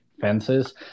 fences